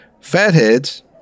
Fatheads